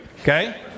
Okay